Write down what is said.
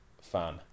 fan